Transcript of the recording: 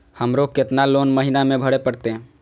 हमरो केतना लोन महीना में भरे परतें?